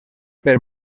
per